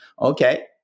Okay